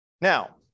Now